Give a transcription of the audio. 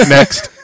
next